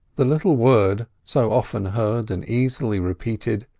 the little word, so often heard and easily repeated,